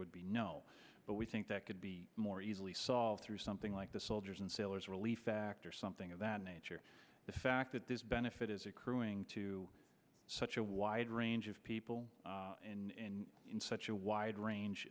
would be no but we think that could be more easily solved through something like the soldiers and sailors relief act or something of that nature the fact that this benefit is accruing to such a wide range of people in such a wide range